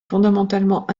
fondamentalement